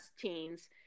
teens